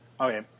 okay